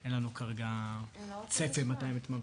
אין לנו כרגע צפי מתי הן יתממשקו.